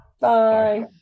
Bye